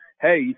hey